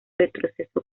retroceso